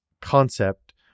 concept